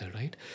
right